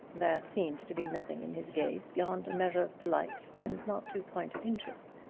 there seemed to be nothing in his gaze beyond a measure of polite and not too pointed interest.